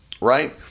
right